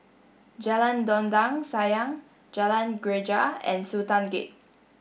Jalan Dondang Sayang Jalan Greja and Sultan Gate